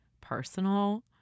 personal